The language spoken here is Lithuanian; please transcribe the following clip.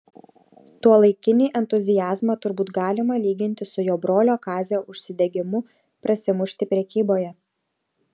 tuolaikinį entuziazmą turbūt galima lyginti su jo brolio kazio užsidegimu prasimušti prekyboje